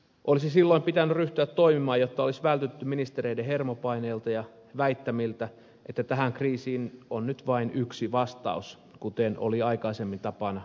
olisi silloin pitänyt ryhtyä toimimaan jotta olisi vältytty ministereiden hermopaineelta ja väittämiltä että tähän kriisiin on nyt vain yksi vastaus kuten oli aikaisemmin tapana neuvostoliitossa